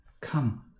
come